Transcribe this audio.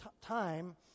time